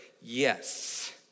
yes